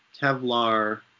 Kevlar